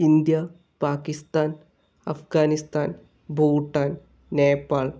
India Pakistan Afghanistan Bhutan Nepal